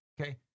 Okay